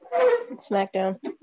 Smackdown